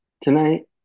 tonight